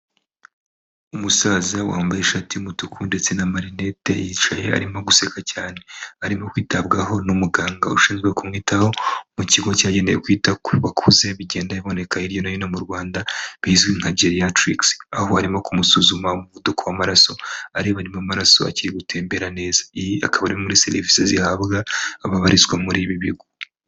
Umusaza wambaye ishati y'umutuku ndetse n'amarinete, yicaye arimo guseka cyane. Arimo kwitabwaho n'umuganga ushinzwe kumwitaho mu kigo cyagendewe kwita ku bakuze, bigenda biboneka hirya no hino mu Rwanda, bizwi nka Geri Haturikisi, aho arimo kumusuzuma umuvuduko w'amaraso, areba ko amaraso akiri gutembera neza. Iyi akaba ari imwe muri serivisi zihabwa ababarizwa muri ibi bigo.